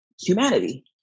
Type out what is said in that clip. humanity